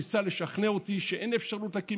הוא ניסה לשכנע אותי שאין אפשרות להקים